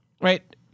right